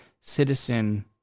citizen